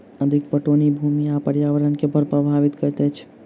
अधिक पटौनी भूमि आ पर्यावरण के बड़ प्रभावित करैत अछि